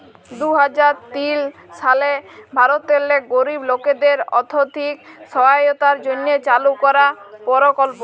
দু হাজার তিল সালে ভারতেল্লে গরিব লকদের আথ্থিক সহায়তার জ্যনহে চালু করা পরকল্প